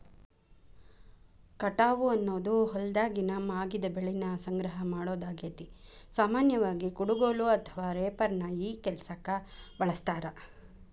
ಕಟಾವು ಅನ್ನೋದು ಹೊಲ್ದಾಗಿನ ಮಾಗಿದ ಬೆಳಿನ ಸಂಗ್ರಹ ಮಾಡೋದಾಗೇತಿ, ಸಾಮಾನ್ಯವಾಗಿ, ಕುಡಗೋಲು ಅಥವಾ ರೇಪರ್ ನ ಈ ಕೆಲ್ಸಕ್ಕ ಬಳಸ್ತಾರ